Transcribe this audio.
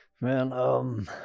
Man